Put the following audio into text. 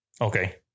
Okay